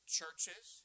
churches